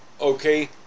Okay